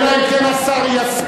אלא אם כן השר יסכים.